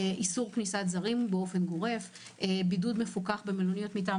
איסור כניסה לזרים באופן גורף; בידוד מפוקח במלוניות מטעם